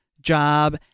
job